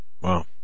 wow